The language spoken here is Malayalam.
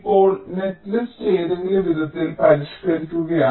ഇപ്പോൾ നെറ്റ്ലിസ്റ്റ് ഏതെങ്കിലും വിധത്തിൽ പരിഷ്ക്കരിക്കുകയാണ്